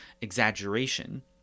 exaggeration